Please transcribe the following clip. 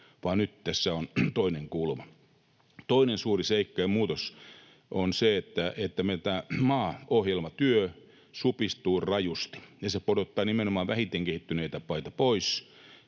vaan nyt tässä on toinen kulma. Toinen suuri seikka ja muutos on se, että meillä maaohjelmatyö supistuu rajusti, ja se pudottaa nimenomaan vähiten kehittyneitä maita pois.